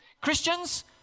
Christians